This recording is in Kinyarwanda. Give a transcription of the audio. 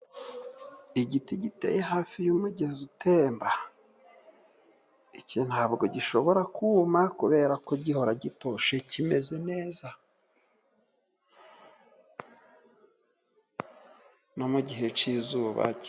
Igiti giteye hafi y'umugezi utemba. Iki nta bwo gishobora kuma kubera ko gihora gitoshye kimeze neza. No mu gihe cy'izuba ki...